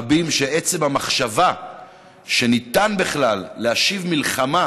רבים שעצם המחשבה שניתן בכלל להשיב מלחמה